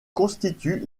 constitue